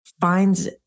finds